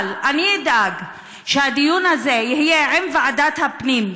אבל אני אדאג שהדיון הזה יהיה עם ועדת הפנים,